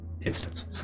instance